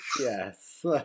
Yes